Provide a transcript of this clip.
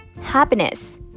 happiness